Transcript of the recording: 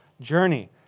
journey